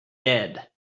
dead